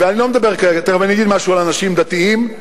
תיכף אני אגיד משהו על אנשים דתיים,